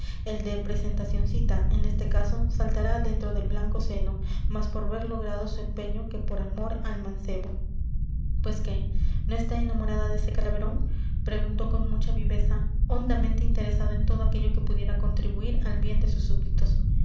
el de presentacioncita en este caso saltará dentro del blanco seno más por ver logrado su empeño que por amor al mancebo pues qué no está enamorada de ese calaverón preguntó con mucha viveza hondamente interesado en todo aquello que pudiera contribuir al bien de sus súbditos